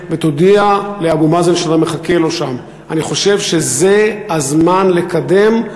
לדחוף אותם בכל כוחותינו כדי שיבואו למשא-ומתן,